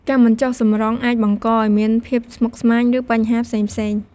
ការមិនជុះសម្រុងអាចបង្កឲ្យមានភាពស្មុគស្មាញ ឬបញ្ហាផ្សេងៗ។